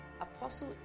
Apostle